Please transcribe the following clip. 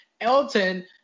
Elton